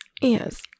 yes